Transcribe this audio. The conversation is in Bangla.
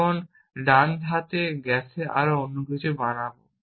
তখন ডান হাতে গ্যাসে অন্য কিছু বানাবো